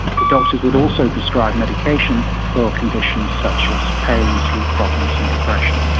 the doctors would also prescribe medication for conditions such as pain, sleep problems and depression.